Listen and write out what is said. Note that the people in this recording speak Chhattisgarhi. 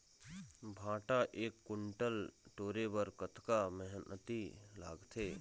भांटा एक कुन्टल टोरे बर कतका मेहनती लागथे?